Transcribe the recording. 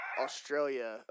Australia